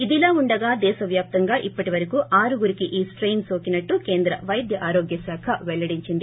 ఇదిలా ఉండగా దేశవ్యాప్తంగా ఇప్పటివరకు ఆరుగురికి స్టెయిన్ సోకినట్లు కేంద్ర వైద్య ఆరోగ్య శాఖ పెల్లడించింది